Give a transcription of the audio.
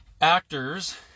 actors